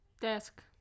desk